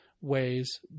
ways